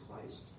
Christ